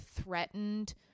threatened